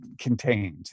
contained